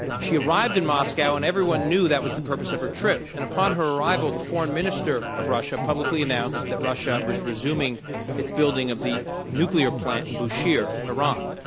she arrived in moscow and everyone knew that was the purpose of her trip, and upon her arrival, the foreign minister of russia publicly announced that russia was resuming its building of the nuclear plant in bushehr, iran.